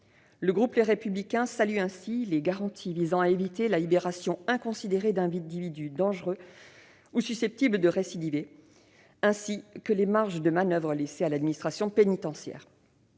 Le groupe Les Républicains salue ainsi les garanties visant à éviter la libération inconsidérée d'individus dangereux ou susceptibles de récidiver, ainsi que les marges de manoeuvre laissées à l'administration pénitentiaire.